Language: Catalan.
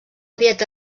dieta